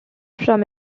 from